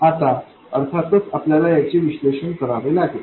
आता अर्थातच आपल्या याचे विश्लेषण करावे लागेल